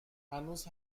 هنوز